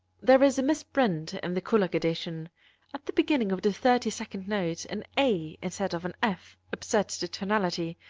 there is a misprint in the kullak edition at the beginning of the thirty-second notes an a instead of an f upsets the tonality,